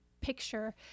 picture